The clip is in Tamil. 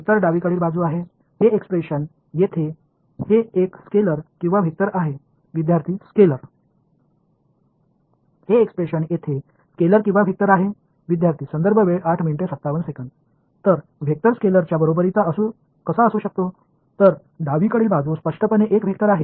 ஒரு விரைவான சோதனை இடது புறம் இருப்பது ஒரு ஸ்கேலரா அல்லது ஒரு வெக்டாரா இங்கே இந்த வெளிப்பாடு இது ஒரு ஸ்கேலரா அல்லது ஒரு வெக்டாரா இந்த வெளிப்பாடு இங்கே ஒரு ஸ்கேலரா அல்லது ஒரு வெக்டாரா